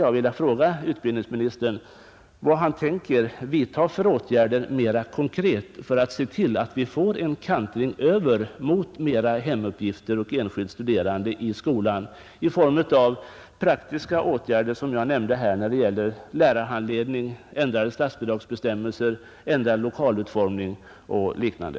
Därför vill jag fråga utbildningsministern vad han mera konkret tänker göra för att se till att vi får en kantring över mot att hemuppgifterna till största delen görs i skolan, exempel kan vara de praktiska åtgärder som jag tidigare nämnt, dvs. lärarhandledning, ändrade statsbidragsbestämmelser, ändrad lokalutformning och liknande.